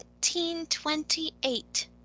1928